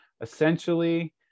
Essentially